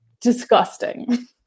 disgusting